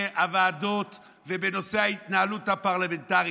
הוועדות ובנושא ההתנהלות הפרלמנטרית.